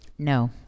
No